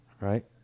right